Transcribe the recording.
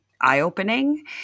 eye-opening